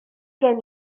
gen